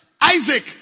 Isaac